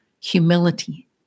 humility